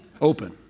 Open